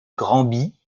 granby